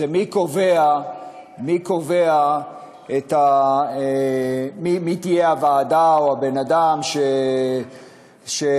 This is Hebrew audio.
היא מי קובע את הוועדה או הבן-אדם שיחליט.